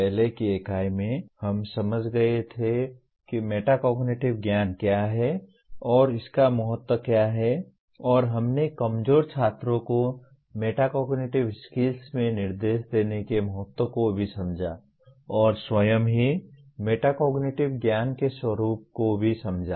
पहले की इकाई में हम समझ गए थे कि मेटाकोग्निटिव ज्ञान क्या है और इसका महत्व क्या है और हमने कमजोर छात्रों को मेटाकोग्निटिव स्किल्स में निर्देश देने के महत्व को भी समझा और स्वयं ही मेटाकोग्निटिव ज्ञान के स्वरूप को भी समझा